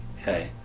Okay